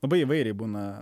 labai įvairiai būna